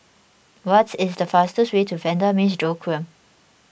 what is the fastest way to Vanda Miss Joaquim